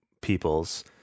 peoples